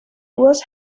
was